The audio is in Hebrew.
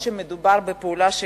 אף שמדובר בפעולה שגרתית?